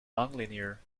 nonlinear